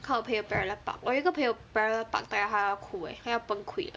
看我朋友 parallel park 我有一个朋友 parallel park 到她要哭 eh 她要崩溃 liao